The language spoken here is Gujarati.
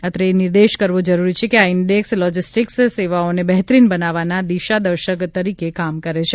અત્રે એ નિર્દેશ કરવો જરૂરી છે કે આ ઇન્ડેક્ષ લોજિસ્ટીકસ સેવાઓને બહેતરીન બનાવવાના દિશાદર્શક તરીકે કામ કરે છે